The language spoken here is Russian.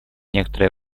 некоторое